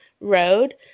road